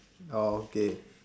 orh okay